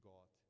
God